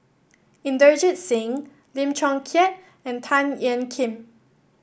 Inderjit Singh Lim Chong Keat and Tan Ean Kiam